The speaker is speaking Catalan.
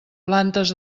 plantes